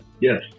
Yes